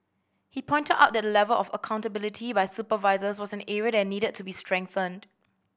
he pointed out that the level of accountability by supervisors was an area that needed to be strengthened